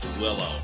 Willow